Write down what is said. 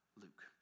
Luke